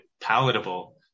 palatable